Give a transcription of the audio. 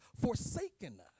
forsaken